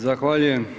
Zahvaljujem.